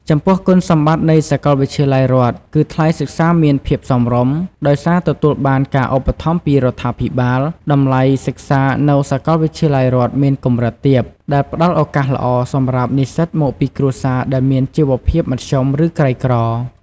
ចំពោះគុណសម្បតិ្តនៃសាកលវិទ្យាល័យរដ្ឋគឺ ថ្លៃសិក្សាមានភាពសមរម្យ ដោយសារទទួលបានការឧបត្ថម្ភពីរដ្ឋាភិបាល តម្លៃសិក្សានៅសាកលវិទ្យាល័យរដ្ឋមានកម្រិតទាប ដែលផ្ដល់ឱកាសល្អសម្រាប់និស្សិតមកពីគ្រួសារដែលមានជីវភាពមធ្យម ឬក្រីក្រ។